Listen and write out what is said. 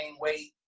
weight